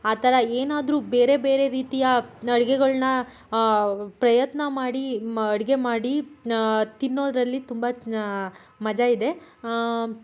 ಆ ಥರ ಏನಾದರೂ ಬೇರೆ ಬೇರೆ ರೀತಿಯ ಅಡ್ಗೆಗಳನ್ನು ಪ್ರಯತ್ನ ಮಾಡಿ ಮ ಅಡುಗೆ ಮಾಡಿ ತಿನ್ನೋದರಲ್ಲಿ ತುಂಬ ಮಜ ಇದೆ ಆಂ